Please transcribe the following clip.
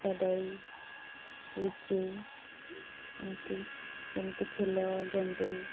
କଦଳୀ ଲିଚୁ ଏମିତି ଯେମିତି ଫୁଲ ଗେଣ୍ଡୁ